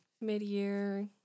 mid-year